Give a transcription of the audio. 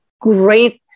great